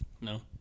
No